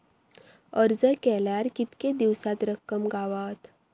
अर्ज केल्यार कीतके दिवसात रक्कम गावता?